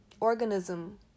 organism